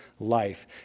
life